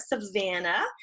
Savannah